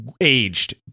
aged